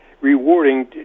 rewarding